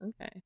Okay